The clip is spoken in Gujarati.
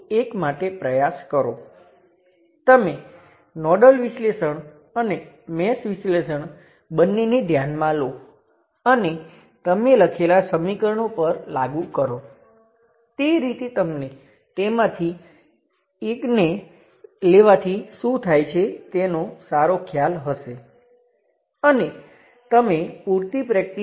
ફરીથી આપણે કહીશું કે આ માત્ર ત્યારે જ કરવું જોઈએ જો R એ 0 કરતા મોટો હોય એટલે કે મૂળ વોલ્ટેજ સ્ત્રોત પાવર જનરેટ કરતો હોય તો જ તેથી સબસ્ટીટ્યુશન થિયર્મનું સ્વરૂપ આવું છે અને કેટલીકવાર તે સર્કિટ સાથે ઉપયોગી છે